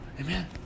Amen